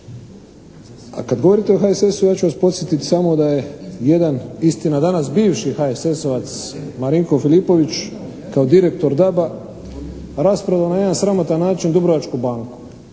A kada govorite o HSS-u ja ću vas podsjetiti samo da je jedan, istina danas bivši HSS-ovac Marinko Filipović kao direktor DAB-a rasprodao na jedan sramotan način, Dubrovačku banku.